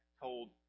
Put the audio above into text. told